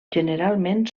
generalment